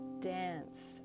dance